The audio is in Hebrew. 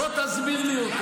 בוא תסביר לי,